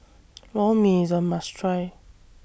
Lor Mee IS A must Try